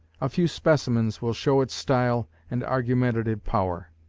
a few specimens will show its style and argumentative power.